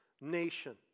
nation